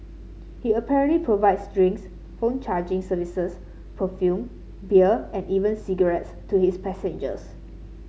he apparently provides drinks phone charging services perfume beer and even cigarettes to his passengers